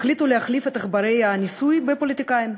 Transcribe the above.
החליטו להחליף את עכברי הניסוי בפוליטיקאים.